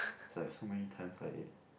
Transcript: is like so many times I ate